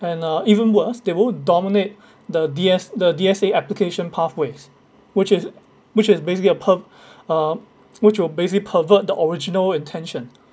and uh even worse they will dominate the D_S~ the D_S_A application pathways which is which is basically a perv~ uh which will basically pervert the original intention